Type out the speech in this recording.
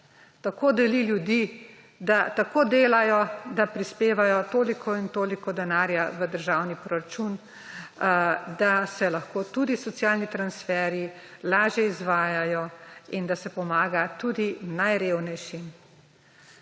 Tako deli ljudi, da tako delajo, da prispevajo toliko in toliko denarja v državni proračun, da se lahko tudi socialni transferji lažje izvajajo in da se pomaga tudi najrevnejšim.